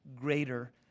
greater